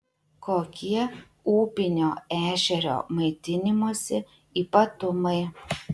kokie upinio ešerio maitinimosi ypatumai